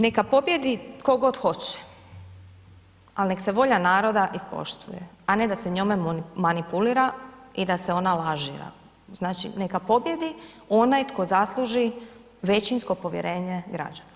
Neka pobijedi tko god hoće ali nek se volja naroda ispoštuje a ne da se njome manipulira i da se ona lažira, znači neka pobijedi onaj tko zasluži većinsko povjerenje građana.